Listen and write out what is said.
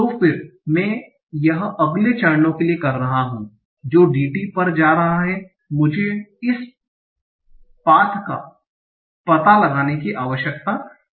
तो फिर मैं यह अगले चरणों के लिए कर रहा हूं जो DT पर जा रहा है मुझे इस पाथ का पता लगाने की आवश्यकता नहीं है